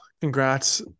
Congrats